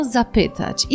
zapytać